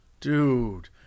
Dude